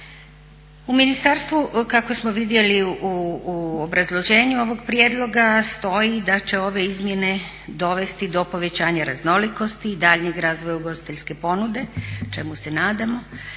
U ministarstvu kako smo vidjeli u obrazloženju ovog prijedloga stoji da će ove izmjene dovesti do povećanja raznolikosti i daljnjeg razvoja ugostiteljske ponude čemu se nadamo,